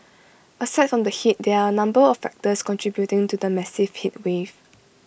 aside from the heat there are A number of factors contributing to the massive heatwave